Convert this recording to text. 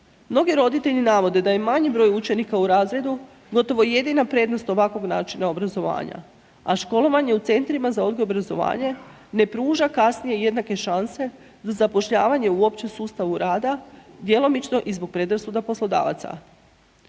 Mnogi roditelji navode da je manji broj učenika u razredu gotovo jedina prednost ovakvog načina obrazovanja, a školovanje u centrima za odgoj i obrazovanje ne pruža kasnije jednake šanse za zapošljavanje u općem sustavu rada djelomično i zbog predrasuda poslodavaca.